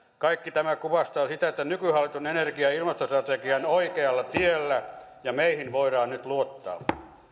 kaikki tämä kuvastaa sitä että nykyhallituksen energia ja ilmastostrategia on oikealla tiellä ja meihin voidaan nyt luottaa